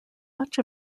much